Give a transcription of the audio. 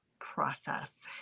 process